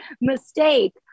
mistake